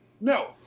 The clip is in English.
No